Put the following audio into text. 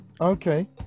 Okay